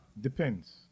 Depends